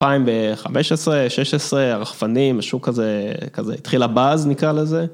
2015, 2016 הרחפנים, שוק כזה, התחיל הבאז נקרא לזה.